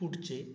पुढचे